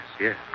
yes